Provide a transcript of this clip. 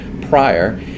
prior